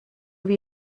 wie